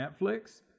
Netflix